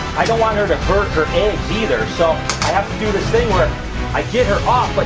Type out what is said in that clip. i don't want her to hurt her eggs either. so, i have to do this thing where i get her um but